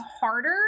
harder